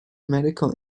medical